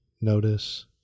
notice